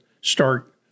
start